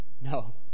No